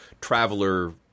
traveler